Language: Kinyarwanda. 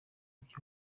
ibyo